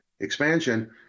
expansion